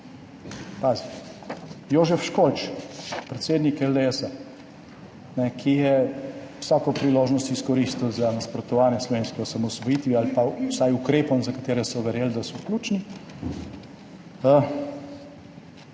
Pazi, Jožef Školč, predsednik LDS, ki je vsako priložnost izkoristil za nasprotovanje slovenski osamosvojitvi ali pa vsaj ukrepom, za katere smo verjeli, da so ključni,